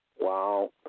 Wow